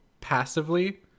passively